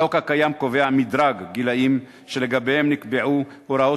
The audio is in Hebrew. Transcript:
החוק הקיים קובע מדרג גילאים שלגביהם נקבעו הוראות